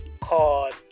called